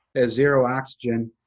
ah zero oxygen,